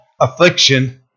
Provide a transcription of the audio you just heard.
affliction